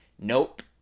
Nope